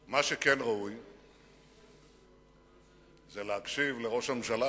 מה שכן ראוי זה להקשיב לראש הממשלה,